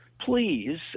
please